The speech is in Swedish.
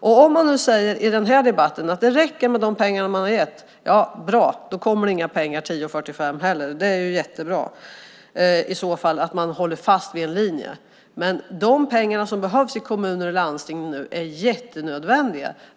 Säger man i denna debatt att det räcker med de pengar man har gett, ja då kommer det inga pengar kl. 10.45 heller. Det är i så fall bra att man håller fast vid en linje. De pengar som behövs i kommuner och landsting är nödvändiga.